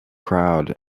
crowd